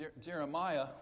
Jeremiah